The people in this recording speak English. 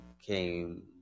came